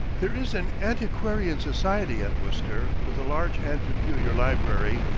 there is an antiquarian society at worcester, with a large and peculiar library,